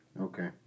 Okay